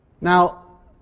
Now